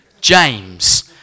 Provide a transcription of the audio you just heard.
james